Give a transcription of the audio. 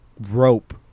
rope